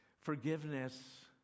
forgiveness